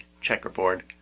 checkerboard